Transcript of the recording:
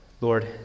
Lord